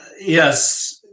yes